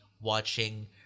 watching